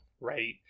right